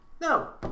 No